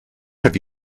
have